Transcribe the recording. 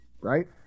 Right